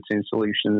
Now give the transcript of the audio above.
solutions